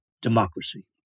democracy